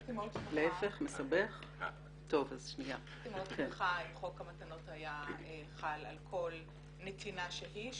הייתי מאוד שמחה אם חוק המתנות היה חל על כל נתינה שהיא,